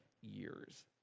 years